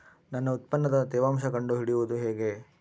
ನನ್ನ ಉತ್ಪನ್ನದ ತೇವಾಂಶ ಕಂಡು ಹಿಡಿಯುವುದು ಹೇಗೆ?